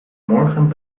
morgen